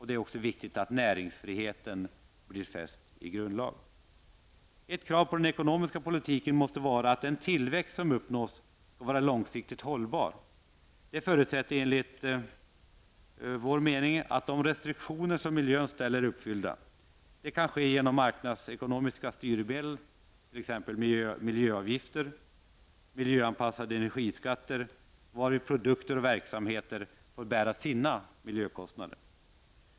Det är också viktigt att näringsfriheten grundlagsfästs. Ett krav på den ekonomiska politiken måste vara att den tillväxt som uppnås skall vara långsiktigt hållbar. Detta förutsätter enligt vår mening att de restriktioner som miljön ställer är uppfyllda. Det kan ske genom marknadsekonomiska styrmedel, exempelvis miljöavgifter och miljöanpassade energiskatter, varvid produkter och verksamheter får bära sina miljökostnader.